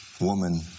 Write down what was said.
woman